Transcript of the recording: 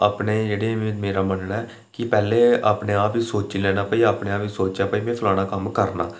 अपने जेह्ड़ा मेरा मन्नना ऐ कि पैह्लें अपने आप गी सोची लैना ते सोचें बिच चलाना कि एह् कम्म करना